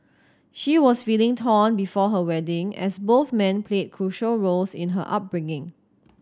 she was feeling torn before her wedding as both men played crucial roles in her upbringing